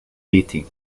beatty